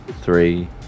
three